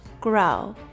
grow